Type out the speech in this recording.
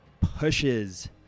pushes